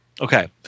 okay